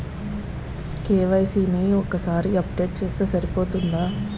KYC ని ఒక్కసారి update చేస్తే సరిపోతుందా?